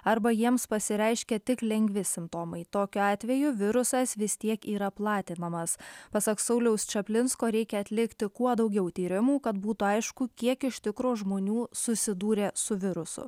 arba jiems pasireiškia tik lengvi simptomai tokiu atveju virusas vis tiek yra platinamas pasak sauliaus čaplinsko reikia atlikti kuo daugiau tyrimų kad būtų aišku kiek iš tikro žmonių susidūrė su virusu